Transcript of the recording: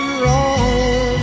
wrong